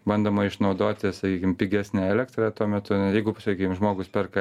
bandoma išnaudoti sakykim pigesnę elektrą tuo metu jeigu sakykime žmogus perka